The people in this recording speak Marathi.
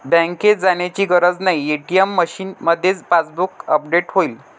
बँकेत जाण्याची गरज नाही, ए.टी.एम मशीनमध्येच पासबुक अपडेट होईल